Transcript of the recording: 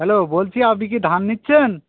hello বলছি আপনি কি ধান নিচ্ছেন